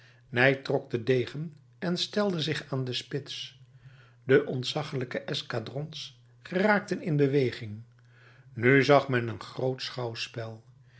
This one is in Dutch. ney trok den degen en stelde zich aan de spits de ontzaggelijke escadrons geraakten in beweging nu zag men een grootsch schouwspel